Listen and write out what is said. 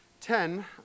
Ten